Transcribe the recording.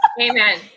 Amen